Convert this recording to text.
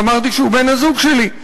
ואמרתי שהוא בן-הזוג שלי,